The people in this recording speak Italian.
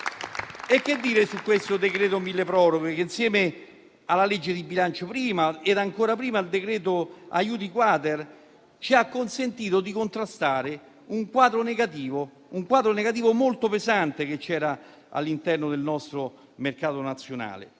Che dire poi di questo decreto milleproroghe, che insieme alla legge di bilancio e ancor prima al decreto aiuti-*quater* ci ha consentito di contrastare un quadro negativo molto pesante che c'era all'interno del nostro mercato nazionale?